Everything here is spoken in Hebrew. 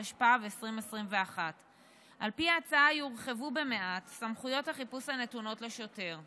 התשפ"ב 2021. על פי ההצעה יורחבו במעט סמכויות החיפוש הנתונות לשוטר.